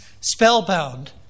spellbound